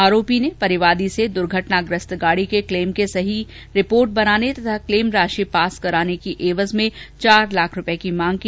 आरोपी ने परिवादी से दुर्घटनाग्रस्त गाड़ी के क्लेम के लिए सही रिपोर्ट बनाने तथा क्लेम की राशि पास कराने की एवज में चार लाख रूपये की मांग की